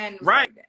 Right